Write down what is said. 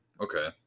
Okay